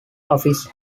office